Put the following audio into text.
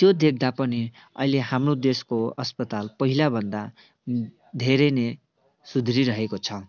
त्यो देख्दा पनि अहिले हाम्रो देशको अस्पताल पहिलाभन्दा धेरै नै सुध्रिरहेको छ